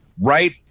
right